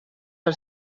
are